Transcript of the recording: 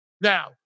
Now